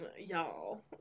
y'all